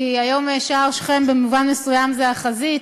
כי היום שער שכם במובן מסוים זה החזית,